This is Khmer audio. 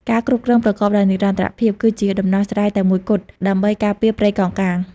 ការគ្រប់គ្រងប្រកបដោយនិរន្តរភាព គឺជាដំណោះស្រាយតែមួយគត់ ដើម្បីការពារព្រៃកោងកាង។